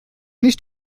nicht